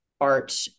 art